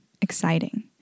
exciting